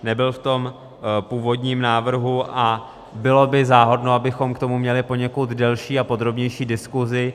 Nebyl v tom původním návrhu a bylo by záhodno, abychom k tomu měli poněkud delší a podrobnější diskusi.